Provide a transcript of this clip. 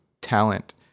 talent